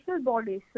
bodies